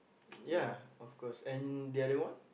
ya of course and the other one